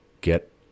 get